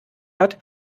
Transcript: hat